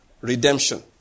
redemption